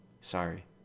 sorry